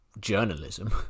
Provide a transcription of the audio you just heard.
journalism